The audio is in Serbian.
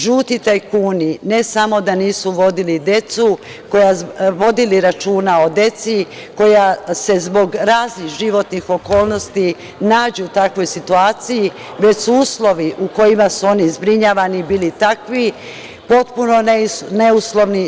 Žuti tajkuni, ne samo da nisu vodili računa o deci koja se zbog raznih životnih okolnosti nađu u takvoj situaciji, već su uslovi u kojima su oni zbrinjavani bili takvi, potpuno neuslovni.